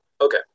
Okay